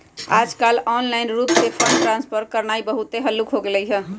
याजकाल ऑनलाइन रूप से फंड ट्रांसफर करनाइ बहुते हल्लुक् हो गेलइ ह